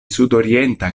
sudorienta